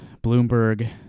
Bloomberg